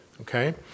okay